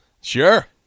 Sure